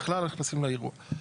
בכלל נכנסים לאירוע.